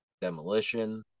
Demolition